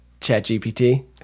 ChatGPT